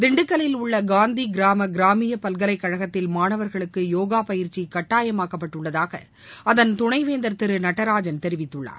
திண்டுக்கல்லில் உள்ள காந்திகிராம கிராமிய பல்கலைக் கழகத்தில் மாணவர்களுக்கு யோகா பயிற்சி கட்டாயமாக்கப்பட்டுள்ளதாக அதன் துணைவேந்தர் திரு நடராஜன் தெரிவித்துள்ளார்